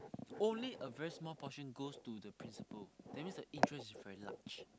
only a very small portion goes to the principal that means the interest is very large